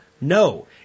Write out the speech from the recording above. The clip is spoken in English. No